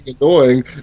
annoying